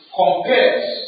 compares